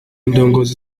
indongozi